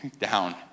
down